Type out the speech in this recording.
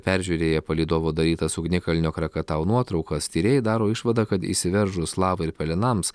peržiūrėję palydovo darytas ugnikalnio krakatau nuotraukas tyrėjai daro išvadą kad išsiveržus lavai ir pelenams